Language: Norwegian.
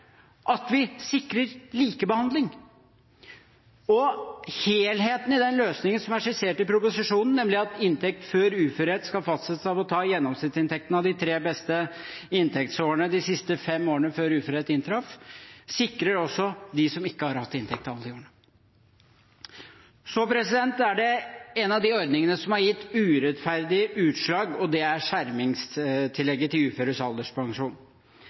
at vi sikrer likebehandling. Helheten i løsningen som er skissert i proposisjonen, nemlig at inntekt før uførhet skal fastsettes av å ta gjennomsnittsinntekten av de tre beste inntektsårene de siste fem årene før uførhet inntraff, sikrer også dem som ikke har hatt inntekt alle de årene. Én av de ordningene som har gitt urettferdige utslag, er skjermingstillegget til uføres alderspensjon.